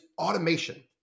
automation